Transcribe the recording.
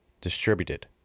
distributed